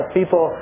people